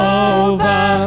over